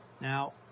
Now